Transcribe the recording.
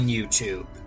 YouTube